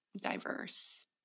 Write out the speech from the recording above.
diverse